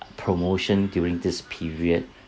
promotion during this period